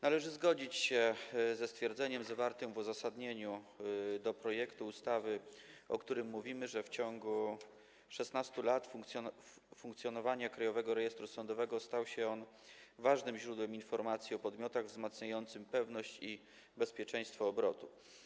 Należy zgodzić się ze stwierdzeniem zawartym w uzasadnieniu do projektu ustawy, o którym mówimy, że w ciągu 16 lat funkcjonowania Krajowego Rejestru Sądowego stał się on ważnym źródłem informacji o podmiotach, wzmacniającym pewność i bezpieczeństwo obrotu.